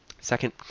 Second